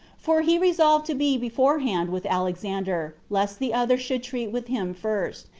for he resolved to be beforehand with alexander, lest the other should treat with him first,